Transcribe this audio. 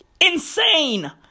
Insane